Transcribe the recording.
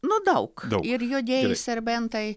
nuo daug ir juodieji serbentai